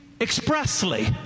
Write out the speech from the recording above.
expressly